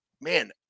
man